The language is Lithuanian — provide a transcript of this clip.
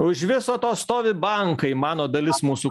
už viso to stovi bankai mano dalis mūsų